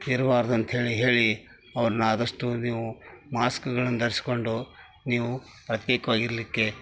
ಇರ್ಬಾರದು ಅಂತ್ಹೇಳಿ ಹೇಳಿ ಅವರನ್ನ ಆದಷ್ಟು ನೀವು ಮಾಸ್ಕ್ಗಳನ್ನು ಧರಿಸ್ಕೊಂಡು ನೀವು ಪ್ರತ್ಯೇಕವಾಗಿ ಇರಲಿಕ್ಕೆ